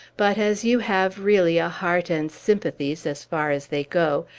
but, as you have really a heart and sympathies, as far as they go,